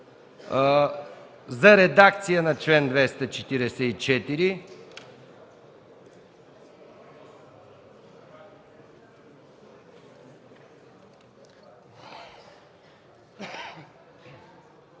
за редакция на чл. 244.